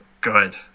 Good